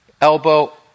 elbow